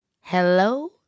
Hello